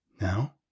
Now